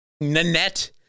Nanette